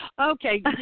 okay